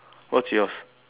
what's yours